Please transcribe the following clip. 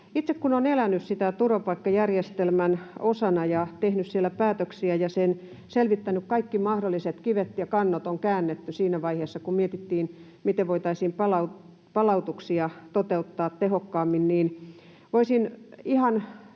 itse kun olen elänyt turvapaikkajärjestelmän osana ja tehnyt siellä päätöksiä ja sen selvittänyt — kaikki mahdolliset kivet ja kannot on käännetty siinä vaiheessa, kun mietittiin, miten voitaisiin palautuksia toteuttaa tehokkaammin — niin voisin ihan,